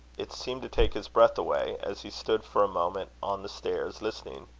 it seemed to take his breath away, as he stood for a moment on the stairs, listening.